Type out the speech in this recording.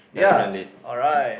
ya alright